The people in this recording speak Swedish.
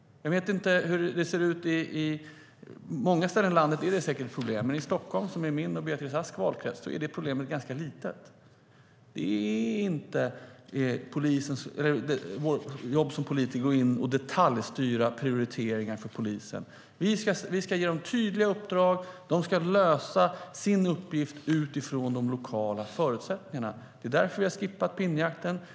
På många ställen i landet är det säkert ett problem, men i Stockholm, som är min och Beatrice Asks valkrets, är det problemet ganska litet. Det är inte vårt jobb som politiker att gå in och detaljstyra prioriteringar för polisen. Vi ska ge dem tydliga uppdrag. De ska lösa sin uppgift utifrån de lokala förutsättningarna. Det är därför vi har skippat pinnjakten.